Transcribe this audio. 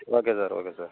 okay sir okay sir